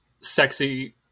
sexy